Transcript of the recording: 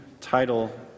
title